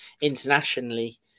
internationally